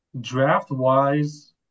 Draft-wise